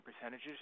percentages